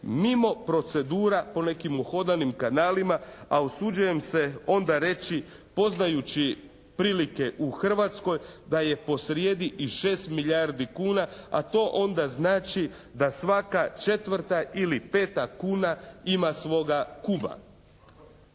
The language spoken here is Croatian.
mimo procedura po nekim uhodanim kanalima, a usuđujem se onda reći poznajući prilike u Hrvatskoj da je posrijedi i 6 milijardi kuna, a to onda znači da svaka četvrta ili peta kuna ima svoga kuma.